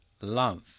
love